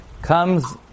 Comes